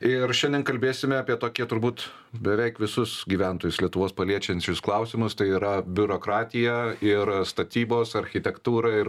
ir šiandien kalbėsime apie turbūt beveik visus gyventojus lietuvos paliečiančius klausimustai yra biurokratiją ir statybos architektūra ir